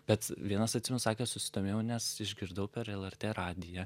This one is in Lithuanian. bet vienas atsimenu sakė susidomėjau nes išgirdau per lrt radiją